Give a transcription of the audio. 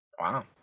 wow